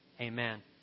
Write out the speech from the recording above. Amen